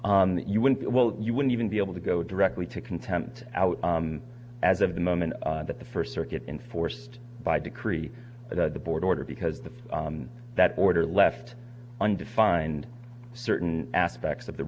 you wouldn't get well you wouldn't even be able to go directly to content out as of the moment that the first circuit enforced by decree of the board order because the that order left undefined certain aspects of the